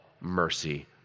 mercy